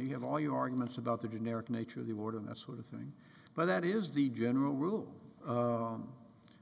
you have all your arguments about the generic nature of the word and that sort of thing but that is the general rule